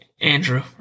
Andrew